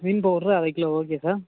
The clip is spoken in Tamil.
ரின் பவுடர் அரை கிலோ ஓகே சார்